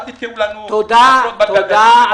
אל תתקעו לנו מקלות בגלגלים.